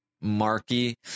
marky